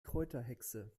kräuterhexe